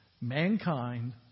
mankind